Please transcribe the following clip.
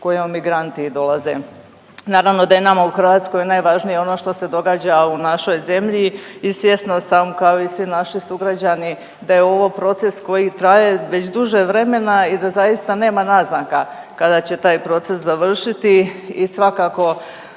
kojom migranti i dolaze. Naravno da je nama u Hrvatskoj najvažnije ono što se događa u našoj zemlji i svjesna sam kao i svi naši sugrađani da je ovo proces koji traje već duže vremena i da zaista nema naznaka kada će taj proces završiti i svakako